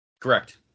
Correct